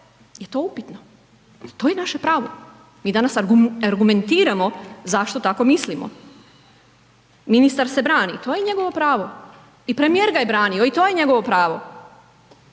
je to upitno, to je naše pravo. Mi danas argumentiramo zašto tamo mislimo. Ministar se brani, to je njegovo pravo. I premijer ga je branio i to je njegovo pravo.